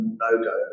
no-go